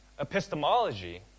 Epistemology